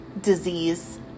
disease